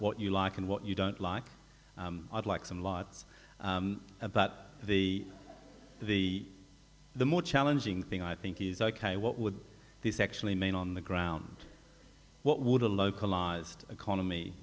what you like and what you don't like i'd like some lights about the the the more challenging thing i think is ok what would this actually made on the ground what would a localized economy